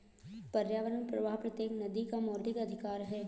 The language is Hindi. पर्यावरणीय प्रवाह प्रत्येक नदी का मौलिक अधिकार है